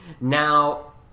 Now